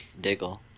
Diggle